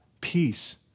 Peace